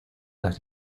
las